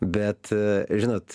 bet a žinot